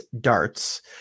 Darts